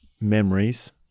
memories